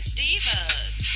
divas